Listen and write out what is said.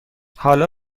حالا